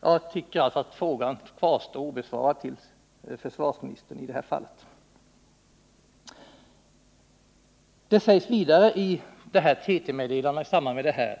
Jag tycker nog att min fråga kvarstår obesvarad av försvarsministern i det här avseendet. Det sägs vidare i det TT-meddelande jag åberopade: